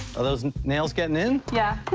are those nails getting in? yeah.